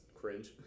cringe